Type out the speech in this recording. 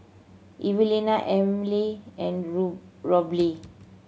Evelina Amil and Roby